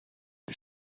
que